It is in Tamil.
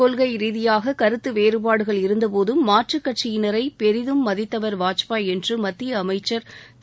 கொள்கை ரீதியாக கருத்து வேறுபாடுகள் இருந்தபோதும் மாற்றுக் கட்சியினரை பெரிதும் மதித்தவர் வாஜ்பாய் என்று மத்திய அமைச்சர் திரு